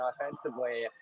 offensively